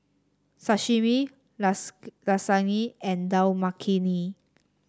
Sashimi Lasagne and Dal Makhani